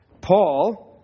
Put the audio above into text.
Paul